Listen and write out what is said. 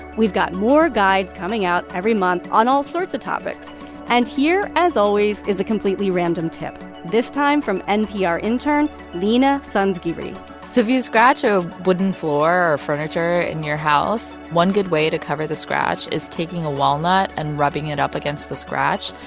we've got more guides coming out every month on all sorts of topics and here, as always, is a completely random tip, this time from npr intern leena sanzgiri so if you scratch a wooden floor or furniture in your house, one good way to cover the scratch is taking a walnut and rubbing it up against the scratch.